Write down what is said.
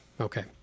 Okay